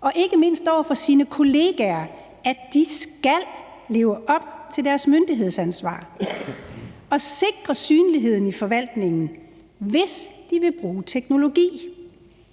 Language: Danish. og ikke mindst over for sine kollegaer, at de skal leve op til deres myndighedsansvar og sikre synligheden i forvaltningen, hvis de vil bruge teknologi.